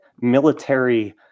military